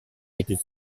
était